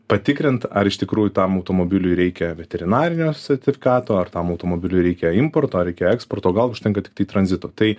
patikrint ar iš tikrųjų tam automobiliui reikia veterinarinio sertifikato ar tam automobiliui reikia importo ar reikia eksporto gal užtenka tiktai tranzito tai